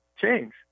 change